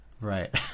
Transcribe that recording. Right